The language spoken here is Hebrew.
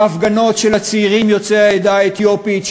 ההפגנות של הצעירים יוצאי העדה האתיופית,